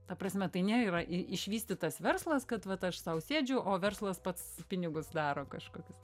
ta prasme tai nėra išvystytas verslas kad vat aš sau sėdžiu o verslas pats pinigus daro kažkokius